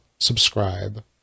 subscribe